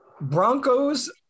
Broncos